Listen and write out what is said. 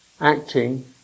acting